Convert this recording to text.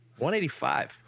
185